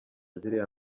ziriya